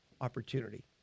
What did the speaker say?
opportunity